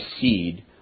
seed